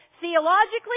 theologically